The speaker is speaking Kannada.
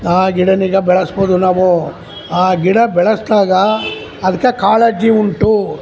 ಆ ಗಿಡ ಈಗ ಬೆಳೆಸ್ಬೋದು ನಾವು ಆ ಗಿಡ ಬೆಳೆಸಿದಾಗ ಅದ್ಕೆ ಕಾಳಜಿ ಉಂಟು